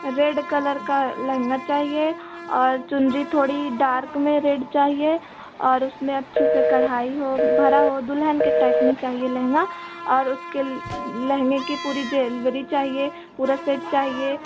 red colour का लहँगा चाहिए और चुनरी थोड़ी डार्क में रेड चाहिए और उसमें अच्छे से कढ़ाई हो भरा हो दुल्हन के टाइप में चाहिए लहँगा और उसके लहँगे की पूरी ज़्वेलरी चाहिए पूरा सेट चाहिए